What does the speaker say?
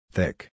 Thick